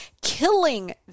killing